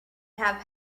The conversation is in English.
have